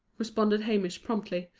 responded hamish, promptly,